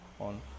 on